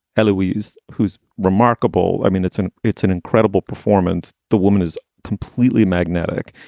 ah louise, who is remarkable. i mean, it's an it's an incredible performance. the woman is completely magnetic,